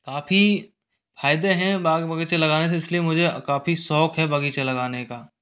काफ़ी फायदे हैं बाग बगीचे लगाने से इसलिए मुझे काफ़ी शौक है बगीचे लगाने का